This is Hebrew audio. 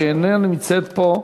שאיננה נמצאת פה,